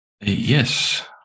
Yes